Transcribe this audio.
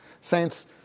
Saints